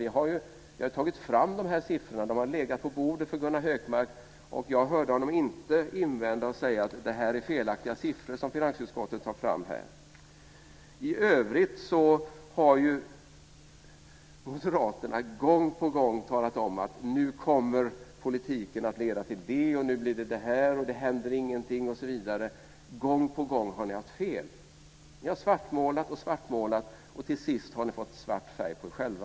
Vi har tagit fram siffrorna, och de har legat på bordet, Gunnar Hökmark! Ändå har jag inte hört Gunnar Hökmark invända och säga att det är felaktiga siffror som finansutskottet här tar fram. För övrigt har moderaterna gång på gång sagt att nu kommer politiken att leda till det och det - nu blir det fråga om det och det, ingenting händer osv. Men gång på gång har ni haft fel. Ni har svartmålat och svartmålat, och till sist har ni fått svart färg på er själva.